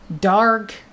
dark